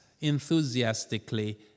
enthusiastically